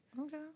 Okay